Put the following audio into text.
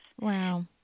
Wow